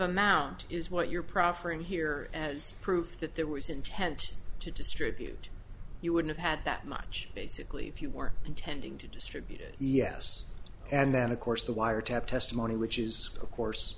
amount is what you're proffering here as proof that there was intent to distribute you would have had that much basically if you were intending to distribute it yes and then of course the wiretap testimony which is of course